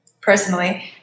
personally